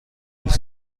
بیست